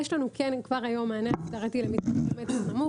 כבר היום יש לנו מענה אסדרתי למתקנים במתח נמוך.